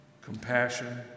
compassion